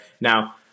now